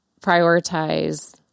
prioritize